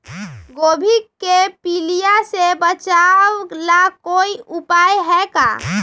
गोभी के पीलिया से बचाव ला कोई उपाय है का?